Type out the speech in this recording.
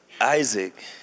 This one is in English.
Isaac